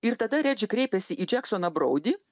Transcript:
ir tada kreipėsi į džeksoną broudį